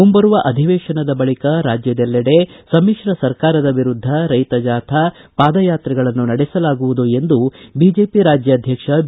ಮುಂಬರುವ ಅಧಿವೇಶನದ ಬಳಿಕ ರಾಜ್ಯದಲ್ಲೆಡೆ ಸಮಿತ್ರ ಸರ್ಕಾರದ ವಿರುದ್ದ ರೈತ ಜಾಥಾ ಪಾದಯಾತ್ರೆಗಳನ್ನು ನಡೆಸಲಾಗುವುದು ಎಂದು ಬಿಜೆಪಿ ರಾಜ್ಯಾಧ್ವಕ್ಷ ಬಿ